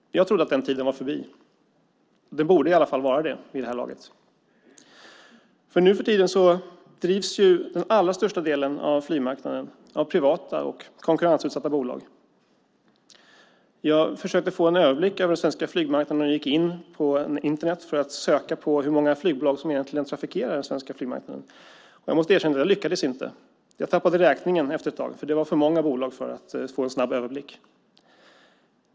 Jag trodde att den tiden var förbi. Den borde i alla fall vara det vid det här laget. Nu för tiden drivs den allra största delen av flygmarknaden av privata och konkurrensutsatta bolag. Jag försökte få en överblick över den svenska flygmarknaden och gick in på Internet för att söka efter hur många flygbolag som egentligen trafikerar den svenska flygmarknaden. Jag måste erkänna att jag inte lyckades. Jag tappade räkningen efter ett tag. Det var för många bolag för att man skulle kunna få en snabb överblick.